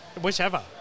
Whichever